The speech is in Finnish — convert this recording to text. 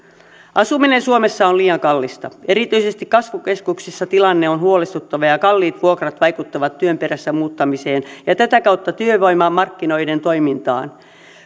asuminen suomessa on liian kallista erityisesti kasvukeskuksissa tilanne on huolestuttava ja ja kalliit vuokrat vaikuttavat työn perässä muuttamiseen ja tätä kautta työvoimamarkkinoiden toimintaan